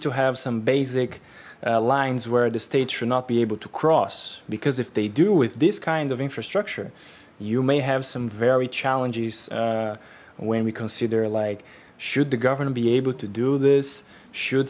to have some basic lines where the state should not be able to cross because if they do with this kind of infrastructure you may have some very challenges when we consider like should the government be able to do this should